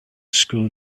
school